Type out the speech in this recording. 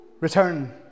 return